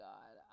God